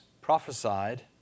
prophesied